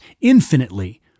infinitely